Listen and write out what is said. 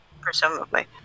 Presumably